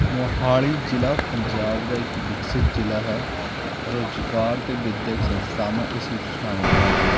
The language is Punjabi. ਮੋਹਾਲੀ ਜ਼ਿਲ੍ਹਾ ਪੰਜਾਬ ਦਾ ਇੱਕ ਵਿਕਸਿਤ ਜ਼ਿਲ੍ਹਾ ਹੈ ਰੋਜ਼ਗਾਰ ਅਤੇ ਵਿੱਦਿਅਕ ਸੰਸਥਾਵਾਂ ਇਸ ਵਿੱਚ ਸ਼ਾਮਲ ਹਨ